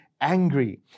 angry